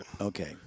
Okay